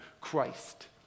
Christ